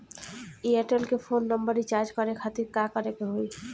Airtel के phone number recharge करे के खातिर का करे के होई?